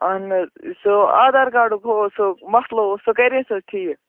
اَہَن حظ سُہ آدھار کارڈُک ہہُ اوس سُہ مَسلہٕ اوس سُہ کَریتھٕ حظ ٹھیٖک